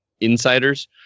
insiders